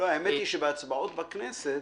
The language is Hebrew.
האמת היא שבהצבעות בכנסת,